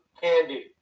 candy